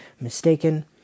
mistaken